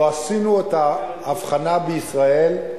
לא עשינו את ההבחנה בישראל,